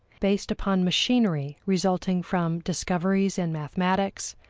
based upon machinery resulting from discoveries in mathematics,